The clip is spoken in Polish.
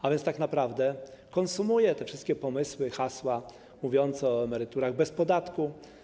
Tak więc tak naprawdę to konsumuje te wszystkie pomysły, hasła mówiące o emeryturach bez podatku.